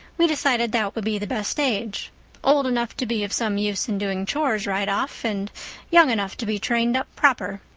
we decided that would be the best age old enough to be of some use in doing chores right off and young enough to be trained up proper.